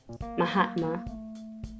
Mahatma